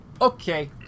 Okay